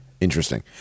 Interesting